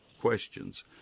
questions